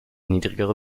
niedrigere